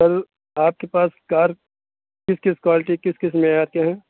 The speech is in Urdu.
سر آپ کے پاس کار کس کس کوالٹی کس کس معیار کے ہیں